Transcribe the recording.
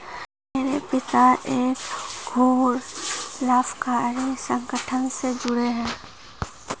मेरे पिता एक गैर लाभकारी संगठन से जुड़े हैं